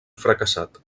fracassat